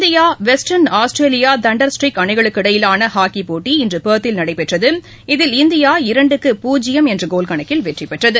India western Australia thunderstick அணிகளுக்கு இடையிலான ஹாக்கிப் போட்டி இன்று பெர்த்தில் நடைபெற்றது இதில் இந்தியா இரண்டுக்கு பூஜ்ஜியம் என்ற கோல் கணக்கில் வெற்றி பெற்றது